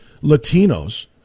Latinos